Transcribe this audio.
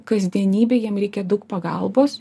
kasdienybėj jiem reikia daug pagalbos